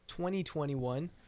2021